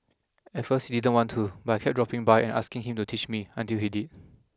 at first he didn't want to but I kept dropping by and asking him to teach me until he did